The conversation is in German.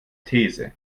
these